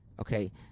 Okay